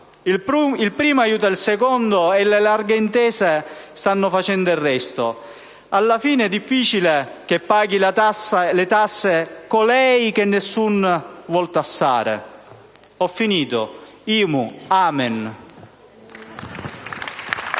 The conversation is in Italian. Il primo aiuta il secondo e le larghe intese stanno facendo il resto. Alla fine, difficile che paghi le tasse colei che nessun vuol tassare. Ho finito. IMU, *amen*.